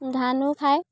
ধানো খায়